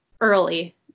early